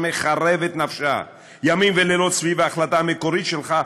שמחרפת נפשה ימים ולילות סביב ההחלטה המקורית שלך,